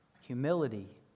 humility